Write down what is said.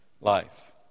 life